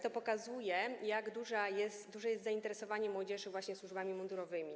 To pokazuje, jak duże jest zainteresowanie młodzieży właśnie służbami mundurowymi.